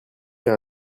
car